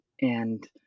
and-